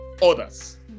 Others